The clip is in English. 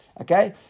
Okay